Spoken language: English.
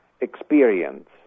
experience